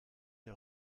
der